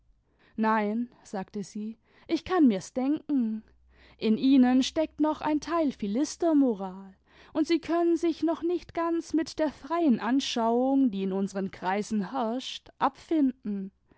nein sagte sie ich kann mir's denken in ihnen steckt noch ein teil philistermoral und sie können sich noch nicht ganz mit der freien anschauung die in unseren kreisen herrscht abfinden